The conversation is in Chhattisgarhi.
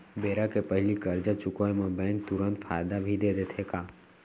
बेरा के पहिली करजा चुकोय म बैंक तुरंत फायदा भी देथे का?